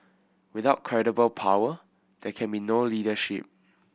without credible power there can be no leadership